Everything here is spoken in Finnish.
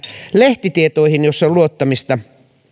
lehtitietoihin on luottamista